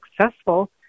successful